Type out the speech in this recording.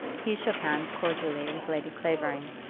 he shook hands cordially with lady clavering,